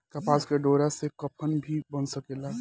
कपास के डोरा से कफन भी बन सकेला